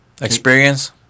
experience